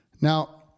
Now